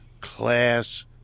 class